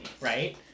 Right